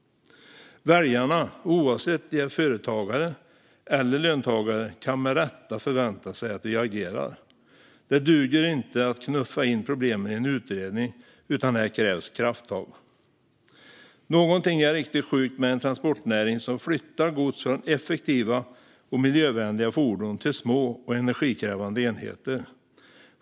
Väljarna, oavsett om de är företagare eller löntagare, kan med rätta förvänta sig att vi agerar. Det duger inte att knuffa in problemen i en utredning, utan här krävs krafttag. Någonting är riktigt sjukt med en transportnäring som flyttar gods från effektiva och miljövänliga fordon till små och energikrävande enheter.